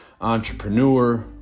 entrepreneur